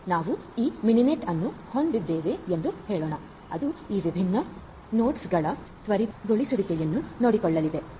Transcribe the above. ಆದ್ದರಿಂದ ನಾವು ಈ ಮಿನಿನೆಟ್ ಅನ್ನು ಹೊಂದಿದ್ದೇವೆ ಎಂದು ಹೇಳೋಣ ಅದು ಈ ವಿಭಿನ್ನ ನೋಡ್ಗಳ ತ್ವರಿತಗೊಳಿಸುವಿಕೆಯನ್ನು ನೋಡಿಕೊಳ್ಳಲಿದೆ